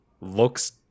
looks